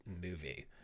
movie